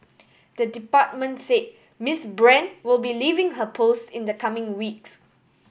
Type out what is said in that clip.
the department said Miss Brand will be leaving her post in the coming weeks